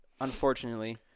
unfortunately